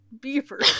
beaver